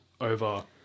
over